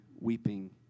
weeping